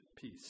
peace